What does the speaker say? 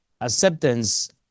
Acceptance